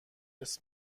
حرص